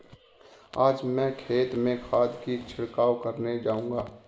आज मैं खेत में खाद का छिड़काव करने जाऊंगा